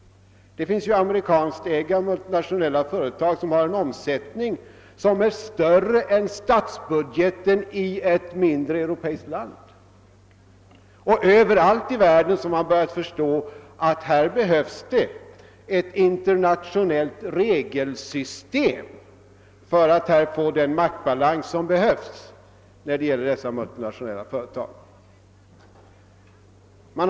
Det finns amerikanskägda multinationella företag vilkas omsättning är större än statsbudgeten i ett mindre europeiskt land. Överallt i världen har man börjat förstå att det måste skapas ett internationellt regelsystem för att vi skall få den maktbalans med avseende på dessa multinationella företag som behövs.